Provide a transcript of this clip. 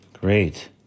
Great